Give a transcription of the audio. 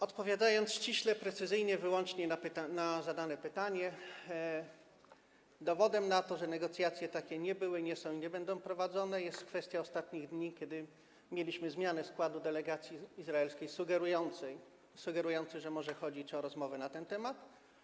Odpowiadam ściśle, precyzyjnie, wyłącznie na zadane pytanie: dowodem na to, że negocjacje takie nie były, nie są i nie będą prowadzone, jest kwestia ostatnich dni, kiedy mieliśmy zmianę składu delegacji izraelskiej sugerującą, że może chodzić o rozmowy na ten temat.